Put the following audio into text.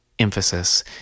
emphasis